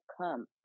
come